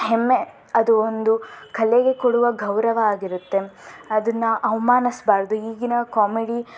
ಹೆಮ್ಮೆ ಅದು ಒಂದು ಕಲೆಗೆ ಕೊಡುವ ಗೌರವ ಆಗಿರುತ್ತೆ ಅದನ್ನ ಅವಮಾನಿಸ್ಬಾರ್ದು ಈಗಿನ ಕಾಮಿಡಿ